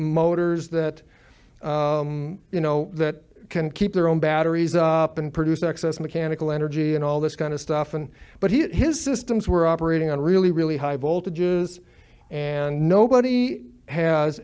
motors that you know that can keep their own batteries up and produce excess mechanical energy and all this kind of stuff and but he his systems were operating on really really high voltages and nobody has